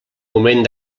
moment